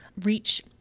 reach—